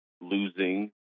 losing